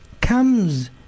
comes